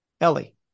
Ellie